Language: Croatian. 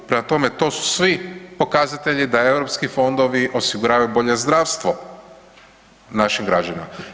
Prema tome, to su svi pokazatelji da europski fondovi osiguravaju bolje zdravstvo našim građanima.